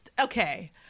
okay